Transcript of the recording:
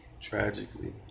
Tragically